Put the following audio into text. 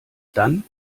dann